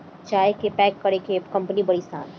चाय के पैक करे के कंपनी बाड़ी सन